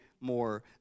more